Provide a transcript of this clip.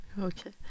Okay